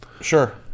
Sure